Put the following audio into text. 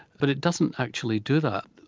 but it doesn't actually do that.